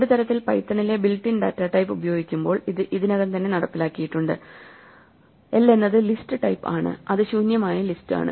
ഒരു തരത്തിൽ പൈത്തണിലെ ബിൽറ്റ് ഇൻ ഡാറ്റാ ടൈപ്പ് ഉപയോഗിക്കുമ്പോൾ ഇത് ഇതിനകം തന്നെ നടപ്പിലാക്കിയിട്ടുണ്ട് l എന്നത് ലിസ്റ്റ് ടൈപ്പ് ആണ് അത് ശൂന്യമായ ലിസ്റ്റ് ആണ്